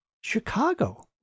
Chicago